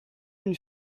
une